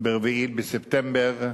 ב-4 בספטמבר,